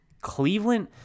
Cleveland